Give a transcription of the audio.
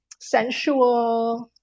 sensual